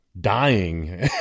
dying